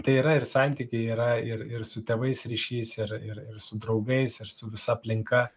tai yra ir santykiai yra ir ir su tėvais ryšys ir ir ir su draugais ir su visa aplinka